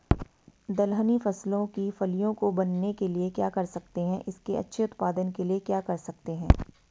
दलहनी फसलों की फलियों को बनने के लिए क्या कर सकते हैं इसके अच्छे उत्पादन के लिए क्या कर सकते हैं?